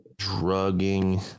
Drugging